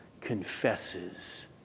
confesses